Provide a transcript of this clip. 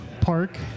Park